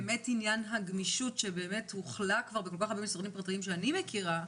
עניין הגמישות הוחל כבר בכל כך הרבה משרדים פרטיים שאני מכירה,